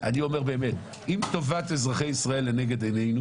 אני אומר באמת, אם טובת אזרחי ישראל לנגד עינינו